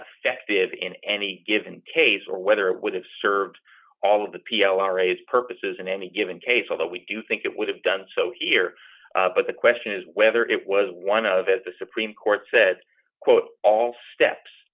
affected in any given case or whether it would have served all of the p l r raise purposes in any given case although we do think it would have done so here but the question is whether it was one of as the supreme court said quote all steps